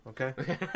okay